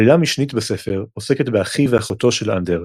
עלילה משנית בספר עוסקת באחיו ואחותו של אנדר,